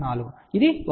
4 ఇది 1